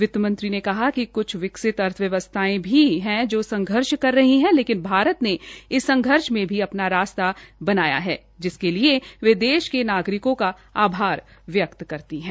वित्त मंत्री ने कहा कि क्छ विकसित अर्थव्यवसथायें भी है जो संघर्ष कर रही है लेकिन भारत ने इस संघर्ष में भी अपना रास्ता बनाया है जिसके लिए वे देश के नागरिकों का आभार व्यक्त करती है